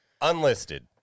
Unlisted